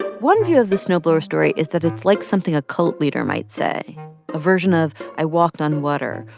one view of the snowblower story is that it's like something a cult leader might say a version of, i walked on water,